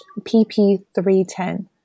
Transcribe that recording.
PP310